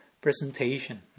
presentation